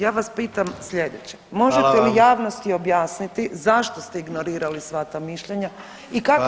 Ja vas pitam sljedeće, možete li javnosti objasniti [[Upadica: Hvala vam.]] zašto ste ignorirali sva ta mišljenja i kako